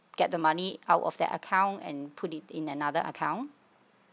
get the money out of that account and put it in another account